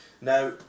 Now